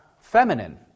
feminine